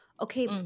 okay